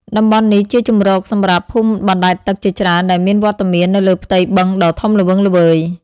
តំបន់នេះជាជម្រកសម្រាប់ភូមិបណ្ដែតទឹកជាច្រើនដែលមានវត្តមាននៅលើផ្ទៃបឹងដ៏ធំល្វឹងល្វើយ។